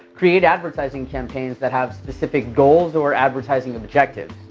create advertising campaigns that have specific goals or advertising objectives.